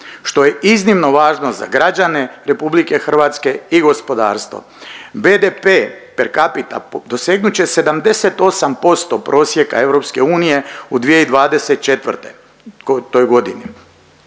što je iznimno važno za građane Republike Hrvatske i gospodarstvo. BDP per capita dosegnut će 78% prosjeka EU u 2024. godini.